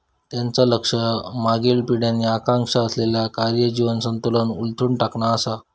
त्यांचा लक्ष मागील पिढ्यांनी आकांक्षा असलेला कार्य जीवन संतुलन उलथून टाकणा असा